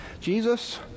Jesus